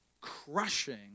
crushing